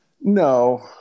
No